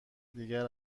دیگر